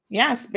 yes